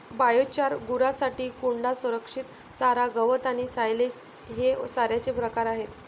biochar, गुरांसाठी कोंडा, संरक्षित चारा, गवत आणि सायलेज हे चाऱ्याचे प्रकार आहेत